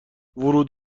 ورود